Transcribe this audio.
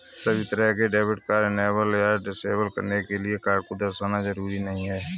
सभी तरह के डेबिट कार्ड इनेबल या डिसेबल करने के लिये कार्ड को दर्शाना जरूरी नहीं है